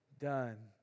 done